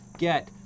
get